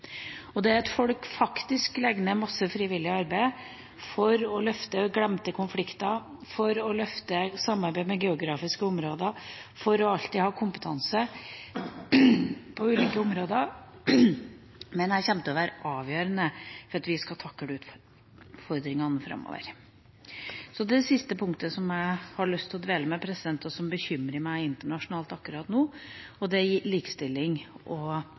Det at folk faktisk legger ned masse frivillig arbeid for å løfte fram glemte konflikter, for å løfte samarbeid med geografiske områder og for alltid å ha kompetanse på ulike områder, mener jeg kommer til å være avgjørende for at vi skal takle utfordringene framover. Det siste punktet jeg har lyst til å dvele ved, og som bekymrer meg internasjonalt akkurat nå, er likestilling og